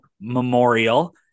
Memorial